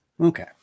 okay